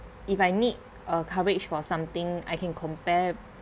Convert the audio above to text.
if I need a coverage for something I can compare